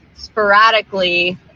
sporadically